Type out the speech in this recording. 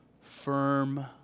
firm